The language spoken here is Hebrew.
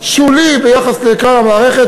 שולי ביחס לכלל המערכת,